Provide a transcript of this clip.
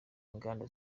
inganda